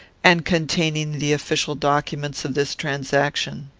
and containing the official documents of this transaction.